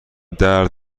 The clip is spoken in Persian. درد